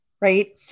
right